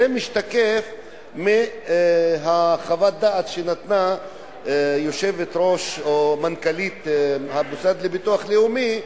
וזה משתקף מחוות הדעת שנתנה יושבת-ראש או מנכ"לית המוסד לביטוח לאומי,